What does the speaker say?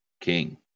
King